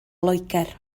loegr